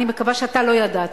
אני מקווה שאתה לא ידעת,